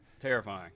Terrifying